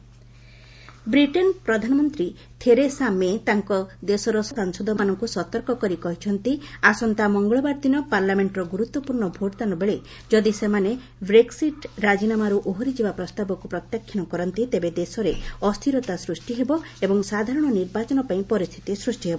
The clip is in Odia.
ୟୁକେ ବ୍ରିଟେନ ବ୍ରିଟେନ ପ୍ରଧାନମନ୍ତ୍ରୀ ଥେରସା ମେ ତାଙ୍କ ଦେଶର ସାଂସଦ ମାନଙ୍କୁ ସତର୍କ କରି କହିଛନ୍ତି ଆସନ୍ତା ମଙ୍ଗଳବାରଦିନ ପାର୍ଲାମେଣ୍ଟର ଗୁରୁତ୍ୱପୂର୍ଷ୍ଣ ଭୋଟଦାନ ବେଳେ ଯଦି ସେମାନେ ବ୍ରେକସିଟି ରାଜିନାମାରୁ ଓହରିଯିବା ପ୍ରସ୍ତାବକୁ ପ୍ରତ୍ୟାଖ୍ୟାନ କରନ୍ତି ତେବେ ଦେଶରେ ଅସ୍ଥିରତା ସୃଷ୍ଟି ହେବ ଏବଂ ସାଧାରଣ ନିର୍ବାଚନ ପାଇଁ ପରିସ୍ଥିତି ସୃଷ୍ଟି ହେବ